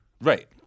Right